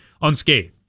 unscathed